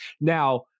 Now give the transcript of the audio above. Now